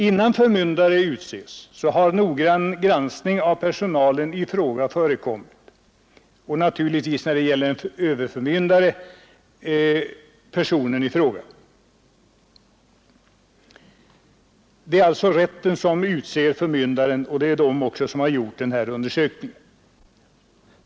Innan förmyndare utses har rätten, som utser förmyndare, företas en noggrann granskning av personen i fråga.